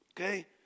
okay